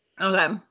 Okay